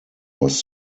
was